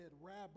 Rabbi